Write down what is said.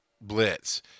blitz